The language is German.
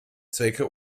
zwecke